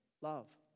love